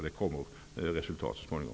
Det kommer resultat så småningom.